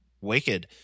Wicked